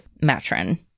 Matron